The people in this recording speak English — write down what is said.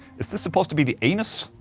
is this supposed to be the anus?